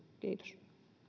kiitos